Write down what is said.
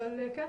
אבל כן,